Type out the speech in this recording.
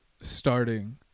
starting